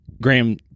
Graham